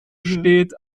steht